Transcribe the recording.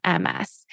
MS